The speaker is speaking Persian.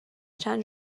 چند